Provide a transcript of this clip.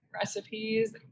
recipes